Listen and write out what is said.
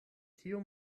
tiu